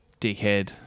dickhead